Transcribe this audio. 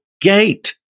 gate